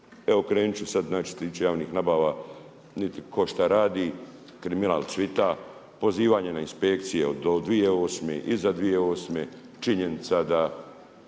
Evo krenuti ću sad znači što se tiče javnih nabava, niti tko šta radi, kriminal cvijeta, pozivanje na inspekcije, od 2008. iza 2008. činjenica da